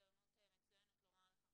הזדמנות מצוינת לומר לך,